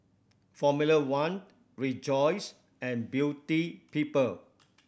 Formula One Rejoice and Beauty People